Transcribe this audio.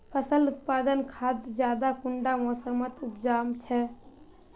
फसल उत्पादन खाद ज्यादा कुंडा मोसमोत उपजाम छै?